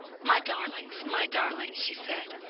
my darlings, my darlings, she said,